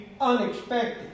unexpected